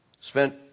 Spent